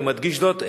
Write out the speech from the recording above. ואני מדגיש זאת,